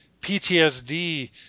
PTSD